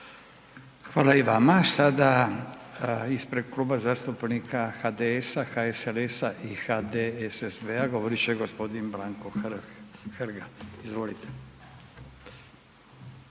Hvala i vama. Sada ispred Kluba zastupnika HDS-HSLS-HDSSB-a govorit će gospodin Branko Hrg. Izvolite.